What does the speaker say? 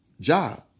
job